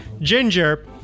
ginger